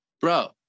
bro